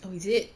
is it